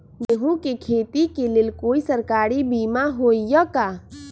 गेंहू के खेती के लेल कोइ सरकारी बीमा होईअ का?